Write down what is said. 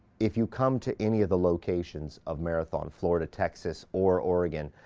if you come to any of the locations of marathon, florida, texas, or oregan,